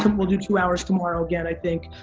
um we'll do two hours tomorrow, again, i think.